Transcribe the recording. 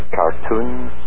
cartoons